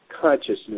Consciousness